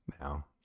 now